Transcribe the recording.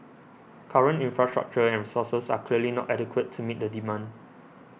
current infrastructure and resources are clearly not adequate to meet the demand